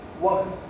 works